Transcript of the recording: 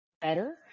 better